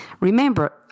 Remember